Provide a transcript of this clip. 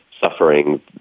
suffering